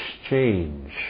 exchange